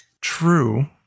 True